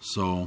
so